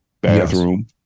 bathroom